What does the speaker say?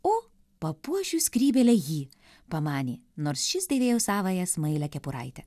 o papuošiu skrybėle jį pamanė nors šis dėvėjo savąją smailią kepuraitę